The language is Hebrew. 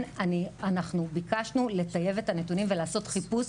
אנחנו ביקשנו לטייב את הנתונים ולעשות חיפוש,